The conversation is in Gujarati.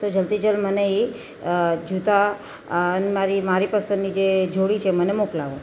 તો જલ્દી જલ્દ મને એ જૂતાં મારી મારી પસંદની જે જોડી છે એ મને મોકલાવો